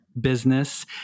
Business